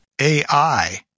AI